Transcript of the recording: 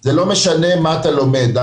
זה לא משנה מה אתה לומד,